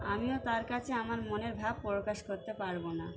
আমিও তার কাছে আমার মনের ভাব প্রকাশ করতে পারব না